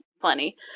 plenty